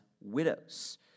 widows